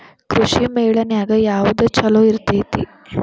ಕೃಷಿಮೇಳ ನ್ಯಾಗ ಯಾವ್ದ ಛಲೋ ಇರ್ತೆತಿ?